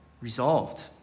resolved